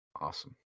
Awesome